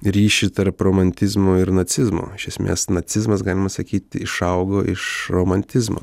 ryšį tarp romantizmo ir nacizmo iš esmės nacizmas galima sakyti išaugo iš romantizmo